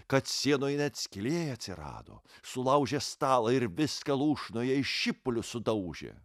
kad sienoj net skylė atsirado sulaužė stalą ir viską lūšnoje į šipulius sudaužė